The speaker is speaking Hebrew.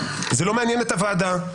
זה לא מעניין את הוועדה,